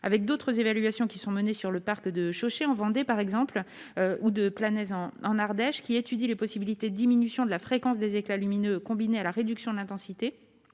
avec d'autres évaluations qui sont menées sur le parc de choquer en Vendée par exemple ou de planer, en Ardèche, qui étudie les possibilités, diminution de la fréquence des éclats lumineux, combiné à la réduction de l'intensité